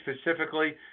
specifically